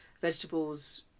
vegetables